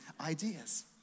ideas